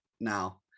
now